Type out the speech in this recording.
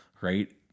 right